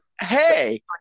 Hey